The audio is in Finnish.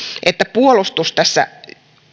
että puolustus tässä